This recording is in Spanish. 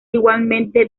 igualmente